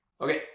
Okay